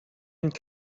and